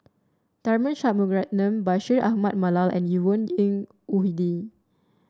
Tharman Shanmugaratnam Bashir Ahmad Mallal and Yvonne Ng Uhde